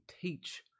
teach